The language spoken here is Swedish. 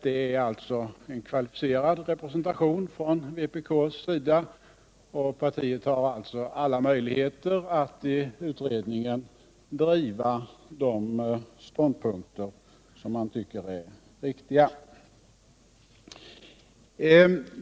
Det är alltså en kvalificerad representation från vpk:s sida, och partiet har alla möjligheter att i utredningen driva de ståndpunkter som man tycker är riktiga.